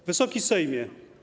Wysoki Sejmie!